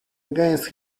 against